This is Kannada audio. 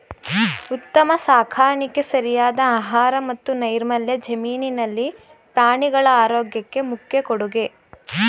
ಉತ್ತಮ ಸಾಕಾಣಿಕೆ ಸರಿಯಾದ ಆಹಾರ ಮತ್ತು ನೈರ್ಮಲ್ಯ ಜಮೀನಿನಲ್ಲಿ ಪ್ರಾಣಿಗಳ ಆರೋಗ್ಯಕ್ಕೆ ಮುಖ್ಯ ಕೊಡುಗೆ